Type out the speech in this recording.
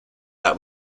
that